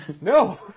no